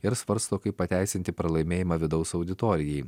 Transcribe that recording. ir svarsto kaip pateisinti pralaimėjimą vidaus auditorijai